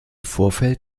vorfeld